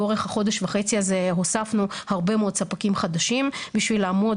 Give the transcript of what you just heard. לאורך החודש וחצי הזה הוספנו הרבה מאוד ספקים חדשים בשביל לעמוד